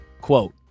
Quote